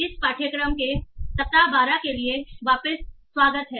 इस पाठ्यक्रम के सप्ताह 12 के लिए वापस स्वागत है